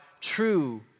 true